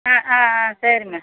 ஆ ஆ ஆ சரிங்க